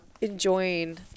enjoying